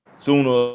Sooner